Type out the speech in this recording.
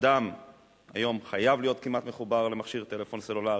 אדם היום חייב להיות כמעט מחובר למכשיר טלפון סלולרי.